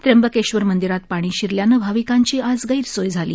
त्र्यंबकेश्वर मंदिरात पाणी शिरल्यानं भाविकांची आज गैरसोय झाली